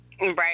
Right